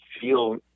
feel